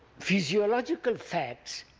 physiological facts